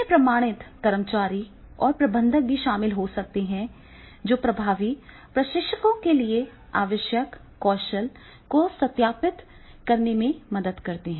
इसमें प्रमाणित कर्मचारी और प्रबंधक भी शामिल हो सकते हैं जो प्रभावी प्रशिक्षकों के लिए आवश्यक कौशल को सत्यापित करने में मदद करते हैं